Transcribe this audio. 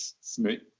smooth